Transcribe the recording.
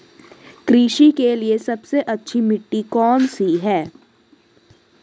कृषि के लिए सबसे अच्छी मिट्टी कौन सी है?